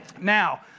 Now